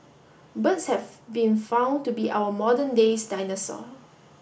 birds have been found to be our modern days dinosaurs